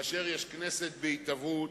כאשר יש כנסת בהתהוות,